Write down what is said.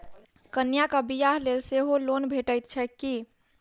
कन्याक बियाह लेल सेहो लोन भेटैत छैक की?